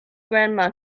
grandma